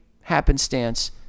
happenstance